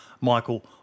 Michael